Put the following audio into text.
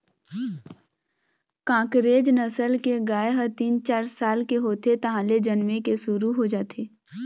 कांकरेज नसल के गाय ह तीन, चार साल के होथे तहाँले जनमे के शुरू हो जाथे